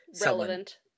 relevant